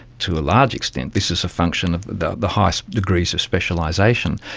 to a large extent this is a function of the the highest degrees of specialisation.